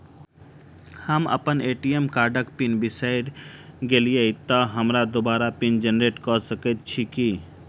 हम अप्पन ए.टी.एम कार्डक पिन बिसैर गेलियै तऽ हमरा दोबारा पिन जेनरेट कऽ सकैत छी की?